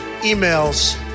emails